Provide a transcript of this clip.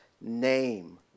name